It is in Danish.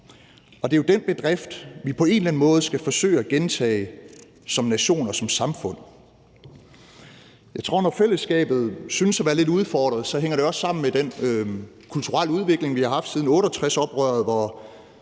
Det er jo den bedrift, vi på en eller anden måde skal forsøge at gentage som nation og som samfund. Jeg tror, at når fællesskabet synes at være lidt udfordret, hænger det også sammen med den kulturelle udvikling, vi haft siden 68-oprøret, hvor